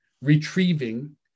retrieving